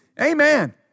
Amen